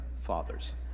fathers